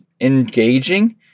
engaging